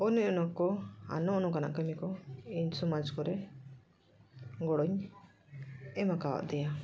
ᱚᱱᱮ ᱚᱱᱩᱠᱚ ᱟᱨ ᱱᱚᱜᱼᱚᱸᱭ ᱱᱚᱝᱠᱟᱱᱟᱜ ᱠᱟᱹᱢᱤ ᱠᱚ ᱤᱧ ᱥᱚᱢᱟᱡᱽ ᱠᱚᱨᱮ ᱜᱚᱲᱚᱧ ᱮᱢᱟᱠᱟᱣ ᱫᱮᱭᱟ